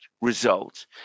result